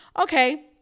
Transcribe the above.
Okay